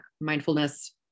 mindfulness